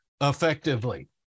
effectively